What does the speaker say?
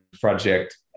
Project